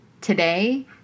today